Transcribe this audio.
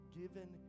given